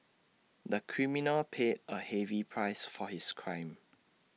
the criminal paid A heavy price for his crime